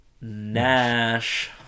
Nash